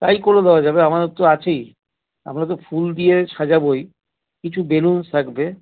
তাই করে দেওয়া যাবে আমাদের তো আছেই আমরা তো ফুল দিয়ে সাজাবোই কিছু বেলুনস থাকবে